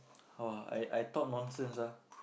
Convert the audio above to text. how ah I I talk nonsense ah